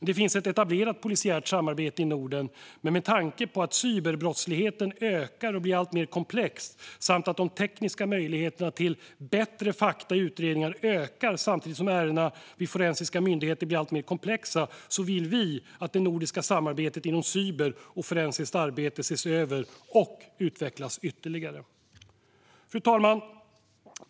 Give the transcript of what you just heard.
Det finns ett etablerat polisiärt samarbete i Norden, men med tanke på att cyberbrottsligheten ökar och blir alltmer komplex samt att de tekniska möjligheterna till bättre fakta i utredningar ökar samtidigt som ärendena vid forensiska myndigheter blir alltmer komplexa vill vi att det nordiska samarbetet på cyberområdet och inom forensiskt arbete ses över och utvecklas ytterligare. Fru talman!